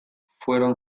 fueron